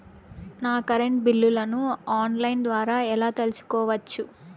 నా కరెంటు బిల్లులను online ద్వారా ఎలా తెలుసుకోవచ్చు?